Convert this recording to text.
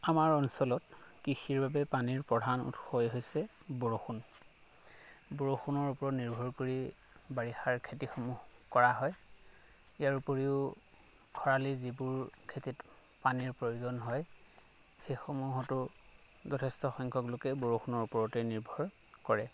আমাৰ অঞ্চলত কৃষিৰ বাবে পানীৰ প্ৰধান উৎসই হৈছে বৰষুণ বৰষুণৰ ওপৰত নিৰ্ভৰ কৰি বাৰিষাৰ খেতিসমূহ কৰা হয় ইয়াৰ উপৰিও খৰালি যিবোৰ খেতিত পানীৰ প্ৰয়োজন হয় সেইসমূহতো যথেষ্ট সংখ্যক লোকে বৰষুণৰ ওপৰতে নিৰ্ভৰ কৰে